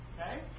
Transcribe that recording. okay